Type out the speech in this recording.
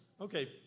okay